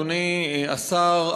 אדוני השר,